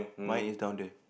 mine is down there